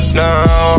now